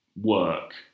work